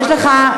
יש לך,